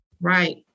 Right